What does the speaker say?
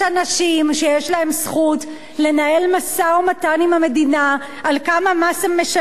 שיש להם זכות לנהל משא-ומתן עם המדינה על כמה מס הם משלמים.